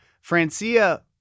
Francia